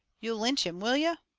you'll lynch him, will you?